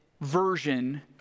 version